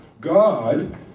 God